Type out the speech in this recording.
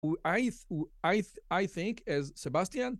I think as Sebastian